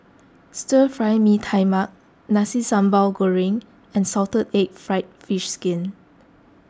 Stir Fry Mee Tai Mak Nasi Sambal Goreng and Salted Egg Fried Fish Skin